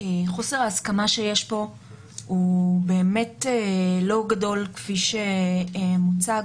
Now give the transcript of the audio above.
שחוסר ההסכמה שיש פה הוא באמת לא גדול כפי שמוצג.